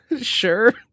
Sure